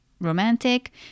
romantic